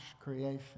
creation